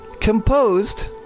composed